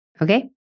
okay